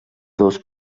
dos